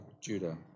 Judah